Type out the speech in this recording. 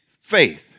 faith